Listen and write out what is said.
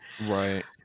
Right